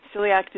celiac